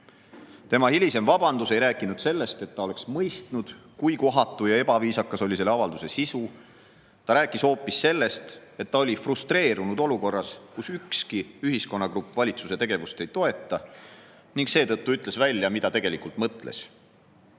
Tema hilisem vabandus ei rääkinud sellest, et ta oleks mõistnud, kui kohatu ja ebaviisakas oli selle avalduse sisu. Ta rääkis hoopis sellest, et ta oli frustreerunud olukorras, kus ükski ühiskonnagrupp valitsuse tegevust ei toeta, ning seetõttu ütles välja, mida tegelikult mõtles.